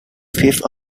fifth